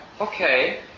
okay